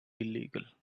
illegal